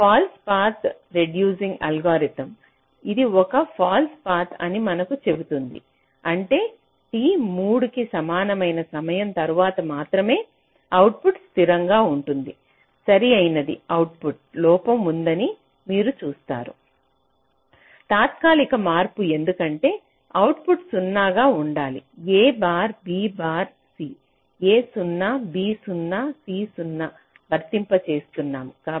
ఈ false path reducing algorithm ఇది ఒక ఫాల్స్ పాత్ అని మనకు చెబుతుంది అంటే t 3 కి సమానమైన సమయం తరువాత మాత్రమే అవుట్పుట్ స్థిరంగా ఉంటుంది సరియైనది అవుట్పుట్లో లోపం ఉందని మీరు చూస్తారు తాత్కాలిక మార్పు ఎందుకంటే అవుట్పుట్ 0 గా ఉండాలి a bar b bar c a 0 b 0 c 0 వర్తింప చేస్తున్నాము